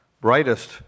Brightest